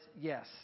yes